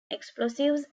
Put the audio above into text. explosives